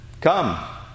Come